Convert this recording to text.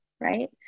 right